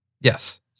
Yes